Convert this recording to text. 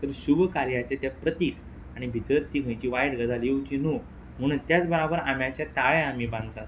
तर शूभ कार्याचें तें प्रतीक आणी भितर ती खंयची वायट गजाल येवची न्हू म्हुणून त्याच बराबर आम्याचे ताळे आमी बानतात